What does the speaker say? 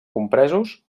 compresos